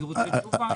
אני רוצה תשובה.